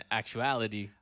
actuality